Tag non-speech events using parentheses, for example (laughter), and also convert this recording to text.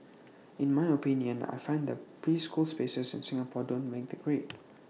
in my opinion I find that preschool spaces in Singapore don't make the grade (noise)